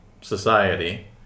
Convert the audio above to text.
society